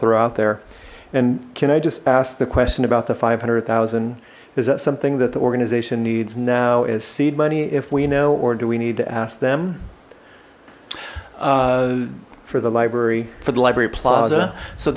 throw out there and can i just ask the question about the five hundred thousand is that something that the organization needs now as seed money if we know or do we need to ask them for the library for the library plaza so